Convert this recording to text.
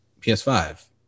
ps5